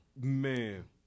Man